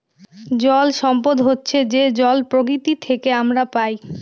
জল সম্পদ হচ্ছে যে জল প্রকৃতি থেকে আমরা পায়